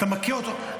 ואתה מכה אותו,